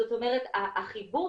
זאת אומרת החיבור,